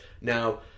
Now